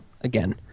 again